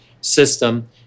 system